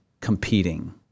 competing